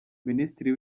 minisitiri